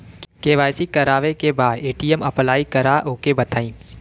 KYC करावे के बा ए.टी.एम अप्लाई करा ओके बताई?